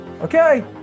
Okay